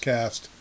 Cast